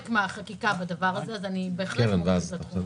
מן החקיקה בדבר הזה אז אני בהחלט מודעת.